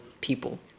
people